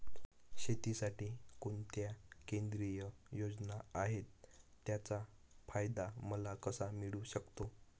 शेतीसाठी कोणत्या केंद्रिय योजना आहेत, त्याचा फायदा मला कसा मिळू शकतो?